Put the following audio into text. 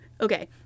Okay